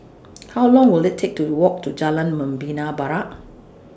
How Long Will IT Take to Walk to Jalan Membina Barat